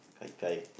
Gai-Gai